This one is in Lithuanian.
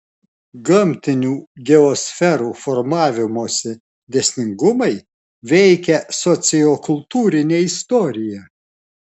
gamtinių geosferų formavimosi dėsningumai veikia sociokultūrinę istoriją